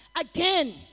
Again